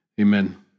amen